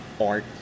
art